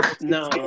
No